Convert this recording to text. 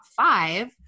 five